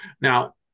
Now